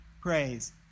praise